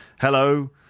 Hello